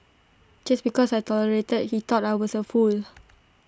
just because I tolerated he thought I was A fool